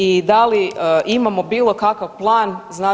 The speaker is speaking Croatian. I da li imamo bilo kakav plan?